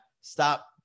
stop